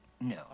No